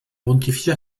pontificia